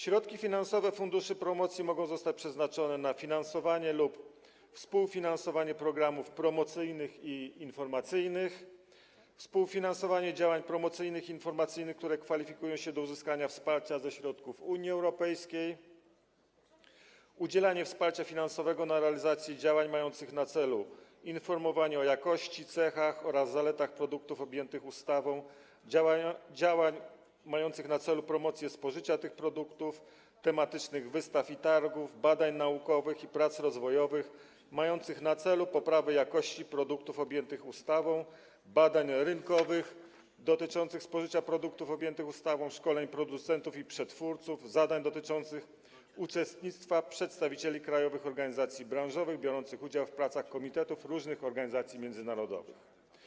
Środki finansowe funduszy promocji mogą zostać przeznaczone na finansowanie lub współfinansowanie programów promocyjnych i informacyjnych, współfinansowanie działań promocyjnych i informacyjnych, które kwalifikują się do uzyskania wsparcia ze środków UE, udzielanie wsparcia finansowego na realizację działań mających na celu informowanie o jakości, cechach oraz zaletach produktów objętych ustawą, działań mających na celu promocję spożycia tych produktów, tematycznych wystaw i targów, badań naukowych i prac rozwojowych mających na celu poprawę jakości produktów objętych ustawą, badań rynkowych dotyczących spożycia produktów objętych ustawą, szkoleń producentów i przetwórców, zadań dotyczących uczestnictwa przedstawicieli krajowych organizacji branżowych biorących udział w pracach komitetów różnych organizacji międzynarodowych.